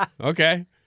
Okay